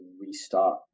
restart